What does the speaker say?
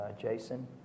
Jason